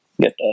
get